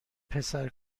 پسر